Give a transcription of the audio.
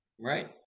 Right